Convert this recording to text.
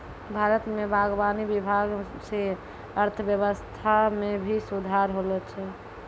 भारत मे बागवानी विभाग से अर्थव्यबस्था मे भी सुधार होलो छै